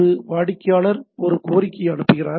ஒரு வாடிக்கையாளர் ஒரு கோரிக்கையை அனுப்புகிறார்